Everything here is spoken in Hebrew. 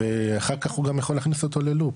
וזה קיים ואחר כך הוא גם יכול להכניס אותו ללופ,